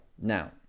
Now